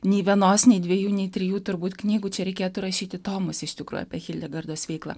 nei vienos nei dviejų nei trijų turbūt knygų čia reikėtų rašyti tomus iš tikrųjų apie hildegardos veiklą